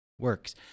works